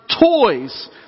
toys